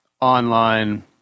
online